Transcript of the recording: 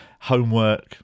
homework